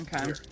Okay